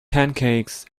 pancakes